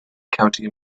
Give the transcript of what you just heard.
county